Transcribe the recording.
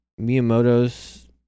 Miyamoto's